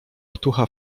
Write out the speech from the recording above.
otucha